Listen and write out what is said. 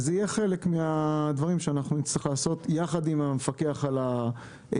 וזה יהיה חלק מהדברים שאנחנו נצטרך לעשות יחד עם המפקח על הביטוח,